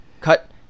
Cut